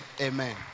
amen